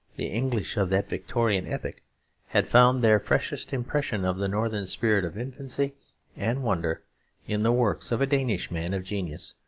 the english of that victorian epoch had found their freshest impression of the northern spirit of infancy and wonder in the works of a danish man of genius,